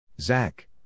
Zach